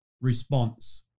response